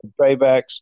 paybacks